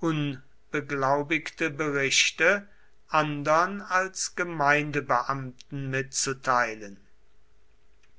unbeglaubigte berichte andern als gemeindebeamten mitzuteilen